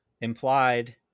Implied